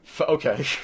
Okay